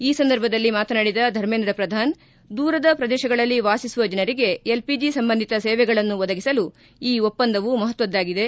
ಈ ಸಂದರ್ಭದಲ್ಲಿ ಮಾತನಾಡಿದ ಧರ್ಮೇಂದ್ರ ಪ್ರಧಾನ್ ದೂರದ ಪ್ರದೇಶಗಳಲ್ಲಿ ವಾಸಿಸುವ ಜನರಿಗೆ ಎಲ್ಪಿಜಿ ಸಂಬಂಧಿತ ಸೇವೆಗಳನ್ನು ಒದಗಿಸಲು ಈ ಒಪ್ಪಂದವು ಮಹತ್ವದ್ದಾಗಿದೆ